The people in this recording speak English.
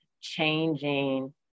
changing